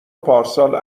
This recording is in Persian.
پارسال